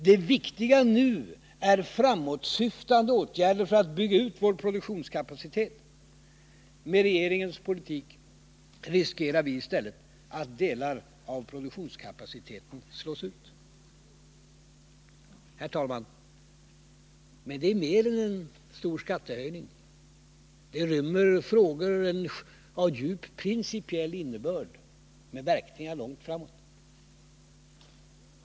Det viktiga nu är framåtsyftande åtgärder för att bygga ut vår produktionskapacitet. Med regeringens politik riskerar vi i stället att delar av produktionskapaciteten slås ut. Herr talman! Regeringens förslag innebär mer än en stor skattehöjning — det rymmer frågor av en djupt principiell innebörd med verkningar långt framåt.